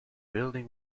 building